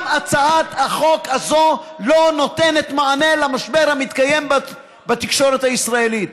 גם הצעת החוק הזאת לא נותנת מענה למשבר המתקיים בתקשורת הישראלית.